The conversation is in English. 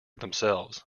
themselves